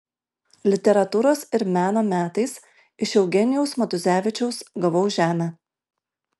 literatūros ir meno metais iš eugenijaus matuzevičiaus gavau žemę